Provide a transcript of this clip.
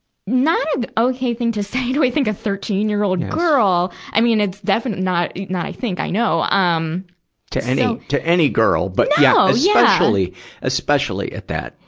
not a okay thing to say to i think a thirteen year old girl. i mean, it's definite, not not i think, i know. um to any. to an girl. but, yeah, yeah especially, especially at that,